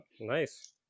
Nice